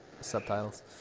subtitles